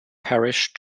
parish